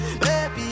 Baby